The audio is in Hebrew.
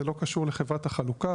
זה לא קשור לחברת החלוקה,